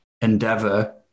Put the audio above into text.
endeavor